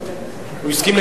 אדוני היושב-ראש,